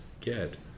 get